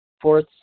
fourth